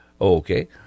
okay